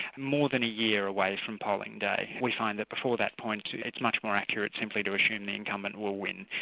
more than a year away from polling day. we find that before that point it's much more accurate simply to assume the incumbent will win.